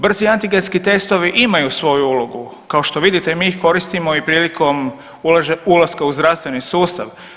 Brzi antigenski testovi imaju svoju ulogu, kao što vidite mi ih koristimo i prilikom ulaska u zdravstveni sustav.